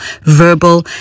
verbal